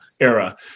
era